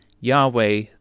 Yahweh